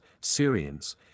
Syrians